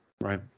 Right